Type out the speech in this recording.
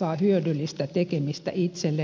saa hyödyllistä tekemistä itselleen